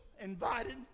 invited